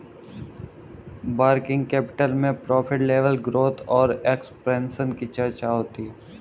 working capital में profit level growth और expansion की चर्चा होती है